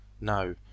No